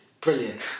brilliant